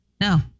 No